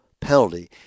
penalty